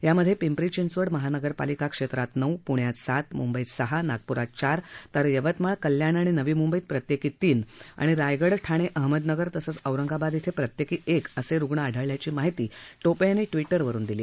यात पिंपरी चिंचवड महानगरपालिका क्षप्रित नऊ पुण्यात सात मुंबईत सहा नागपूरात चार तर यवतमाळ कल्याण आणि नवी मुंबईत प्रत्यक्षी तीन आणि रायगड ठाण अहमदनगर तसंच औरंगाबाद धिं प्रत्यक्ती एक असक्रिण आढळल्याची माहिती टोप जिंनी ट्विटरवरुन दिली